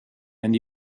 and